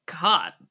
God